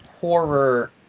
horror